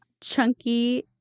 chunky